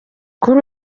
kuri